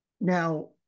now